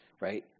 right